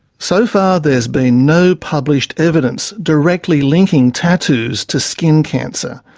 so far there's been no published evidence directly linking tattoos to skin cancer.